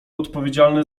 odpowiedzialne